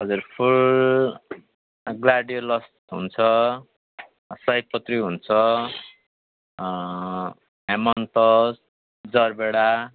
हजुर फुल ग्लाडियोलस हुन्छ सयपत्री हुन्छ हेमनतस जरबेरा